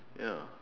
ya